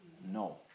No